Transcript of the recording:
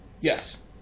Yes